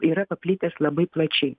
yra paplitęs labai plačiai